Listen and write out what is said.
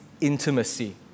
intimacy